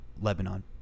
Lebanon